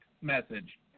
message